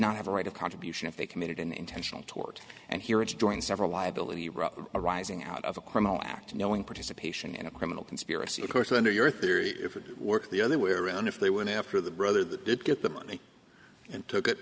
not have a right of contribution if they committed an intentional tort and here it is during several liability rather arising out of a criminal act knowing participation in a criminal conspiracy of course under your theory if it worked the other way around if they went after the brother that did get the money and took it